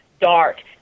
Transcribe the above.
dark